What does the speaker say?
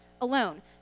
alone